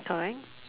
sorry